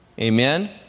Amen